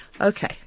Okay